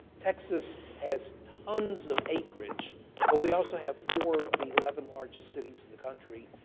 texas has tons of acreage but we also have four of the eleven largest cities in the country.